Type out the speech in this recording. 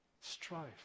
strife